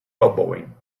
elbowing